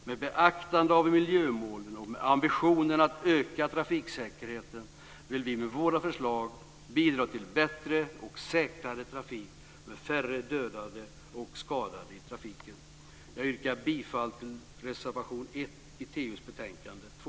Med beaktande av miljömålen och med ambitionen att öka trafiksäkerheten vill vi med våra förslag bidra till bättre och säkrare trafik med färre dödade och skadade i trafiken. Jag yrkar bifall till reservation 1 i TU:s betänkande 2.